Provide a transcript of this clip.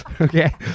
Okay